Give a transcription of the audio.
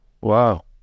Wow